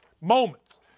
moments